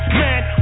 man